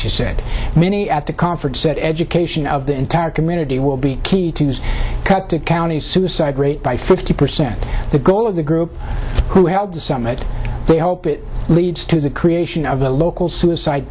she said many at the conference said education of the entire community will be key cut to county suicide rate by fifty percent the goal of the group who held the summit they hope it leads to the creation of a local suicide